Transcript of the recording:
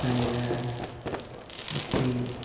ᱠᱟᱭᱨᱟ ᱟᱯᱮᱞ